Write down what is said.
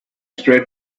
spread